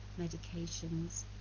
medications